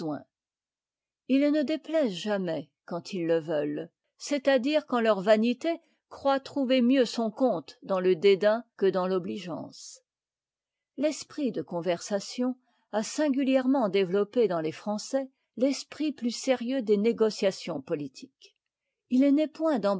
ils ne déplaisent jamais que quand ils le veulent c'est-à-dire quand leur vanité croit trouver mieux son compte dans le dédain que dans l'obligeance l'esprit de conversation a singulièrement développé chez les français l'esprit plus sérieux des négociations politiques h n'est point